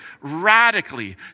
radically